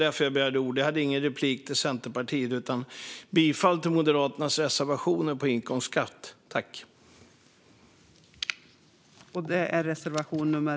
Det var därför som jag begärde ordet. Jag yrkar bifall till Moderaternas samtliga reservationer i betänkandet Inkomstskatt . Jag får återkomma.